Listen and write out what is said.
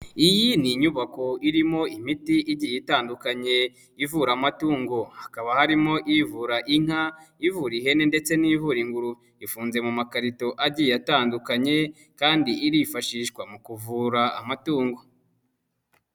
Iyi ni inyubako irimo imiti igiye itandukanye ivura amatungo, hakaba harimo ivura inka ivura ihene ndetse n'ivura inguru, ifunze mu makarito agiye atandukanye kandi irifashishwa mu kuvura amatungo.